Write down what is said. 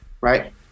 right